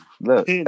look